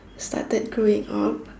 started growing up